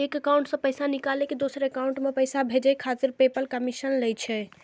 एक एकाउंट सं पैसा निकालि कें दोसर एकाउंट मे पैसा भेजै खातिर पेपल कमीशन लै छै